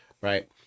Right